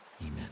amen